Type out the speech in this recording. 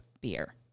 beer